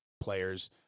players